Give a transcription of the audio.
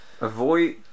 Avoid